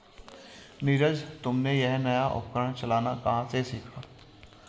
नीरज तुमने यह नया उपकरण चलाना कहां से सीखा?